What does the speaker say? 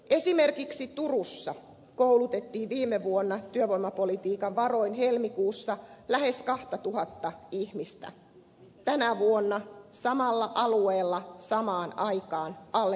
esimerkiksi turussa koulutettiin viime vuonna työvoimapolitiikan varoin helmikuussa lähes kahtatuhatta ihmistä tänä vuonna samalla alueella samaan aikaan alle kolmeasataa